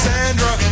Sandra